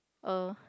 oh